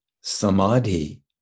samadhi